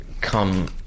come